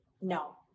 No